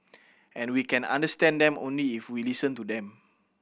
and we can understand them only if we listen to them